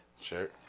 Sure